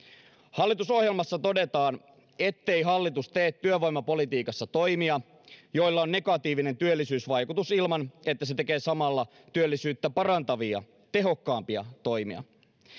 hallitusohjelmassa todetaan ettei hallitus tee työvoimapolitiikassa toimia joilla on negatiivinen työllisyysvaikutus ilman että se tekee samalla työllisyyttä parantavia tehokkaampia toimia